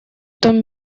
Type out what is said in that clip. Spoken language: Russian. том